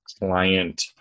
client